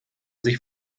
sich